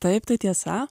taip tai tiesa